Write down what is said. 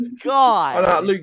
God